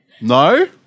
No